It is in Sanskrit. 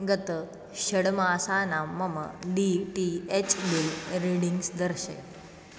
गत षड्मासानां मम D T H bill readings दर्शय